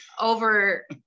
over